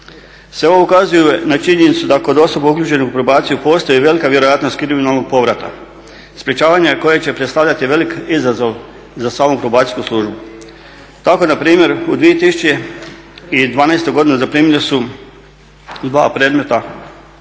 Sve ovo ukazuje na činjenicu da kod osoba uključenih u probaciju postoji i velika vjerojatnost kriminalnog povrata, sprječavanje koje će predstavljati velik izazov za samu probacijsku službu. Tako npr. u 2012. godini zaprimljena su dva predmeta